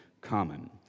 common